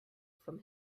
from